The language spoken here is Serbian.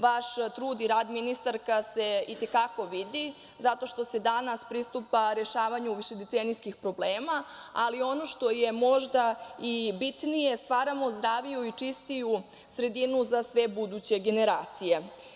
Vaš trud i rad, ministarka, se itekako vidi, zato što se danas pristupa rešavanju višedecenijskih problema, ali ono što je možda i bitnije, stvaramo zdraviju i čistiju sredinu za sve buduće generacije.